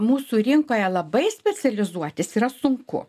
mūsų rinkoje labai specializuotis yra sunku